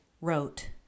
wrote